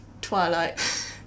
Twilight